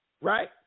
right